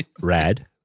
Rad